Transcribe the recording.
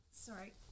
Sorry